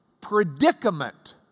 predicament